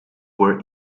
were